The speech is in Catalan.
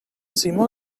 simó